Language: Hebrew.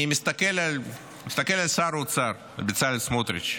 אני מסתכל על שר האוצר בצלאל סמוטריץ',